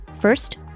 First